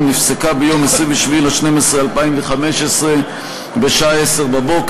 נפסקה ביום 27 בדצמבר 2015 בשעה 10:00,